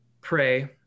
pray